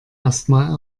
erstmal